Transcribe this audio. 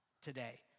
today